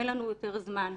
אין לנו יותר זמן.